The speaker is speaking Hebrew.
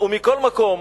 ומכל מקום,